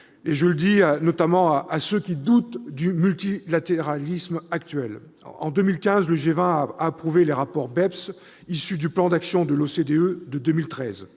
je le dis en particulier à ceux qui doutent du multilatéralisme actuel. En 2015, le G20 a approuvé les rapports BEPS, issus du plan d'action de l'OCDE de 2013.